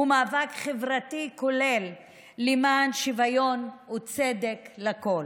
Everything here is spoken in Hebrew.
הוא מאבק חברתי כולל למען שוויון וצדק לכול.